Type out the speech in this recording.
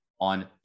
on